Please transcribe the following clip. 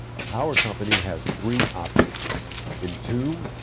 a power company has three options entomb,